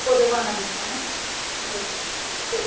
பொதுவானதுங்க ம் சரி